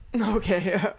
okay